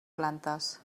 plantes